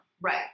Right